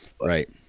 right